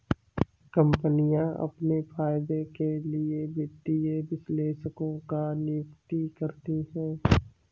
कम्पनियाँ अपने फायदे के लिए वित्तीय विश्लेषकों की नियुक्ति करती हैं